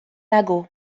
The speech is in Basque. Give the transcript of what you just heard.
nago